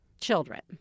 children